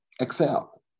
excel